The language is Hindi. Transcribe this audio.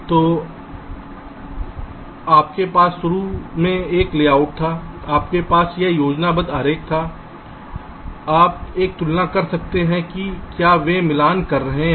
तो आपके पास शुरू में एक लेआउट था आपके पास यह योजनाबद्ध आरेख था आप एक तुलना कर सकते हैं कि क्या वे मिलान कर रहे हैं